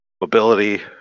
Mobility